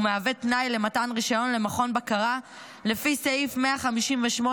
ומהווה תנאי למתן רישיון למכון בקרה לפי סעיף 158טו(1)ב(1)